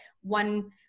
one